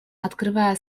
открывая